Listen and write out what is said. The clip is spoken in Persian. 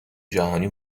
جهانی